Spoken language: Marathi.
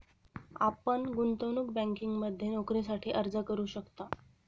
आपण गुंतवणूक बँकिंगमध्ये नोकरीसाठी अर्ज करू शकता